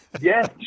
Yes